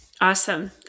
Awesome